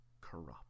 corrupt